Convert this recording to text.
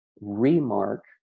remark